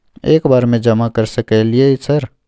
एक बार में जमा कर सके सकलियै सर?